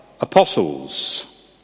apostles